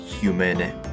human